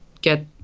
get